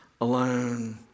alone